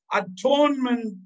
atonement